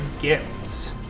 gifts